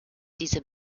dieser